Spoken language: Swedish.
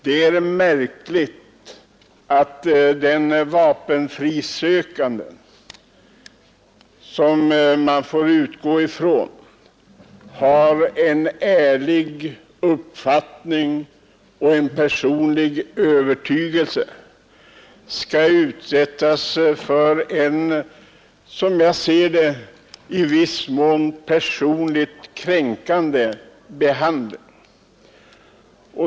Det är märkligt att den vapenfrisökande som — det får man utgå från — har en ärlig uppfattning och en personlig övertygelse skall utsättas för en, som jag ser det, i viss mån personligt kränkande behandling.